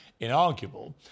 inarguable